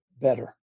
better